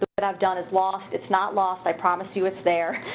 that i've done is lost it's not lost i promise you it's there,